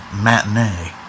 Matinee